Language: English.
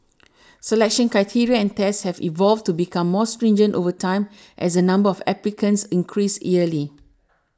selection criteria and tests have evolved to become more stringent over time as the number of applicants increase yearly